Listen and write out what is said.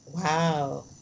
Wow